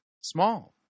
small